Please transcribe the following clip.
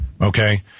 Okay